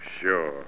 Sure